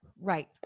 Right